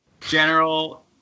General